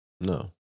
No